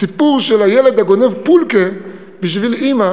הסיפור של הילד הגונב "פולקע" בשביל אימא